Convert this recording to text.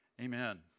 amen